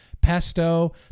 pesto